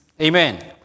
Amen